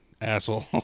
asshole